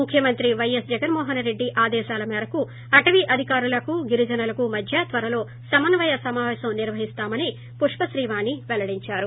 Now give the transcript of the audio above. ముఖ్యమంత్రి వైఎస్ జగన్మోహన్రెడ్డి ఆదేశాల మేరకు అటవీ అధికారులకు గిరిజనులకు మధ్య త్వరలో సమన్వయ సమాపేశం నిర్వహిస్తామని పుష్పశ్రీ వాణి పెల్లడించారు